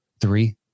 three